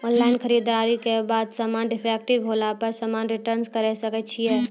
Online खरीददारी के बाद समान डिफेक्टिव होला पर समान रिटर्न्स करे सकय छियै?